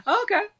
okay